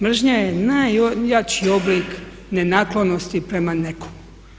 Mržnja je najjači oblik nenaklonosti prema nekome.